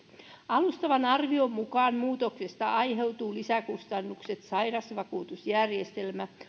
alustavan arvion mukaan muutoksesta aiheutuvat lisäkustannukset sairausvakuutusjärjestelmälle